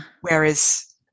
Whereas